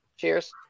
Cheers